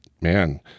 man